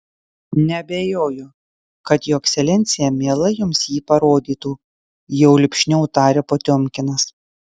neabejoju kad jo ekscelencija mielai jums jį parodytų jau lipšniau tarė potiomkinas